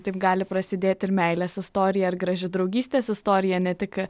taip gali prasidėti ir meilės istorija ir graži draugystės istorija ne tik